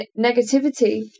negativity